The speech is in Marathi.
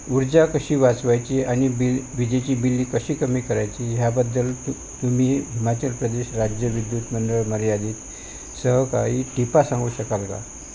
ऊर्जा कशी वाचवायची आणि बिल विजेची बिल्ले कशी कमी करायची ह्याबद्दल तु तुम्ही हिमाचल प्रदेश राज्य विद्युत मंडळ मर्यादीत सह काही टिपा सांगू शकाल का